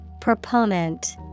Proponent